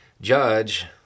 judge